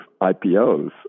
IPOs